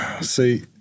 see